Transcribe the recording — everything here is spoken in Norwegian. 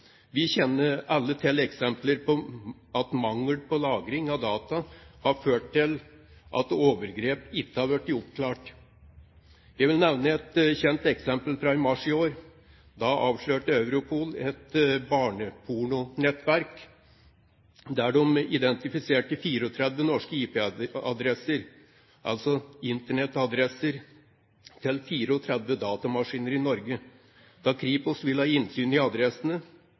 Vi kjenner alle til eksempler på at mangel på lagring av data har ført til at overgrep ikke har blitt oppklart. Jeg vil nevne et kjent eksempel fra i mars i år. Da avslørte Europol et barnepornonettverk der de identifiserte 34 norske IP-adresser, altså internettadresser, til 34 datamaskiner i Norge. Da Kripos ville ha innsyn i adressene,